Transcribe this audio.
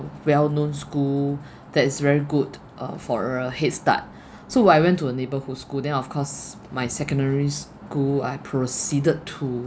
well known school that is very good uh for a head start so I went to a neighborhood school then of course my secondary school I proceeded to